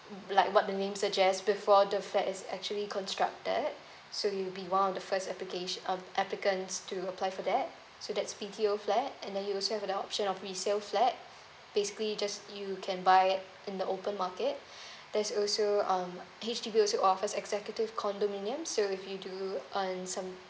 like what the name suggest before the flat is actually constructed so you be the first application applicants to apply for that so that's B_T_O flat and then you also have the option of resale flat basically just you can buy in the open market there's also um H_D_B also offers executive condominiums so if you do earn some